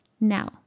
Now